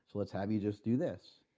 let's have you just do this.